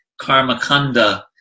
karmakanda